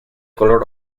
color